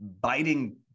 biting